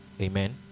Amen